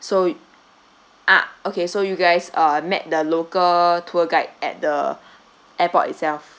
so ah okay so you guys uh met the local tour guide at the airport itself